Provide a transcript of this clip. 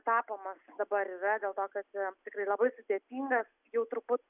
tapoma dabar yra dėl to kad tikrai labai sudėtingas jau turbūt